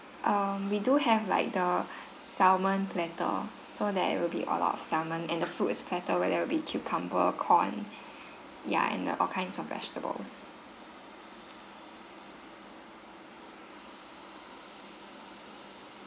um we do have like the salmon platter so that it will be a lot of salmon and the food is platter where there will be cucumber corn ya and the all kinds of vegetables